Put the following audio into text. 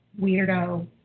weirdo